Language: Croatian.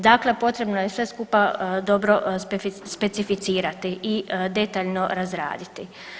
Dakle, potrebno je sve skupa dobro specificirati i detaljno razraditi.